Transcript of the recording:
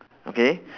okay